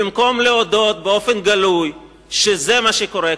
במקום להודות בגלוי שזה מה שקורה כאן,